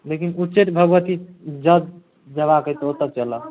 लेकिन उच्चैठ भगवती जँ जयबाक अछि तऽ ओतऽ चलब